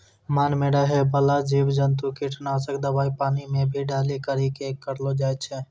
मान मे रहै बाला जिव जन्तु किट नाशक दवाई पानी मे भी डाली करी के करलो जाय छै